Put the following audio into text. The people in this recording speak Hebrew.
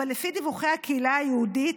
אבל לפי דיווחי הקהילה היהודית,